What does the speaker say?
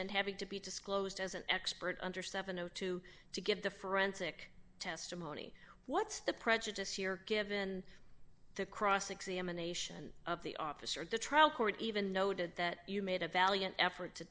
and having to be disclosed as an expert under seven o two to give the forensic testimony what's the prejudice you're given the cross examination of the officer the trial court even noted that you made a valiant effort to